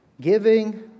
giving